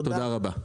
תודה רבה.